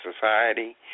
society